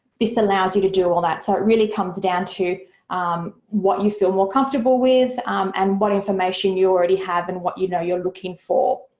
this allows you to do all that. so it really comes down to what you feel more comfortable with and what information you already have and what you know you're looking for.